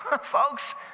folks